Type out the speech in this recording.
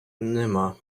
нема